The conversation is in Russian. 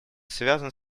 связан